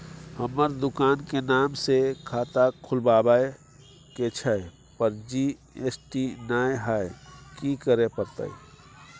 हमर दुकान के नाम से खाता खुलवाबै के छै पर जी.एस.टी नय हय कि करे परतै?